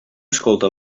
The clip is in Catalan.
escolta